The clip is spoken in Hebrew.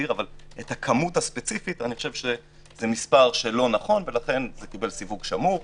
הכמות הספציפית זה מספר שלא נכון ולא קיבל סיווג שמור.